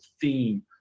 theme